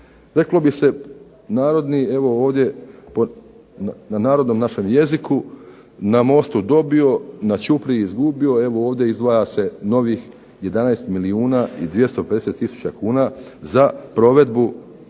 reklo bi se narodni evo ovdje na narodnom našem jeziku "Na mostu dobio, na ćupriji izgubio" evo ovdje izdvaja se novih 11 milijuna 250 tisuća kuna za provedbu